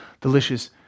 delicious